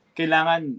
kailangan